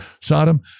Sodom